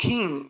King